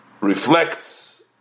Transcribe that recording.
reflects